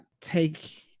take